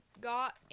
got